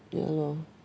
ya lor